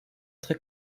très